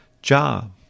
job